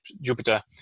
Jupiter